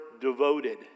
Devoted